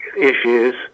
issues